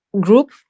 group